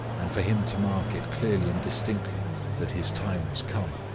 and for him to mark it clearly and distinctly that his time was come,